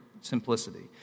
simplicity